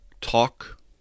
talk